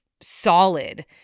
solid